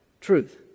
truth